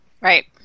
Right